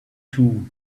too